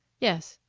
yes.